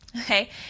Okay